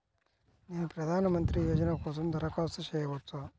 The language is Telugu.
నేను ప్రధాన మంత్రి యోజన కోసం దరఖాస్తు చేయవచ్చా?